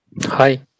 Hi